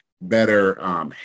better